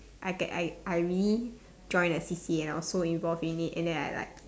I get I I already join that C_C_A now so involved in it and then I like